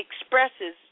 expresses